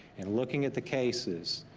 and looking at the cases,